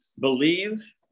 believe